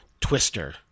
Twister